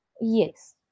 Yes